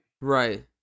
Right